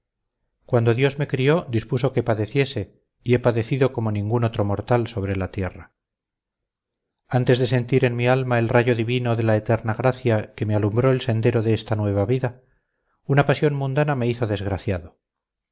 cuando dios me crió dispuso que padeciese y he padecido como ningún otro mortal sobre la tierra antes de sentir en mi alma el rayo divino de la eterna gracia que me alumbró el sendero de esta nueva vida una pasión mundana me hizo desgraciado